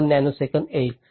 1 nanosecond येईल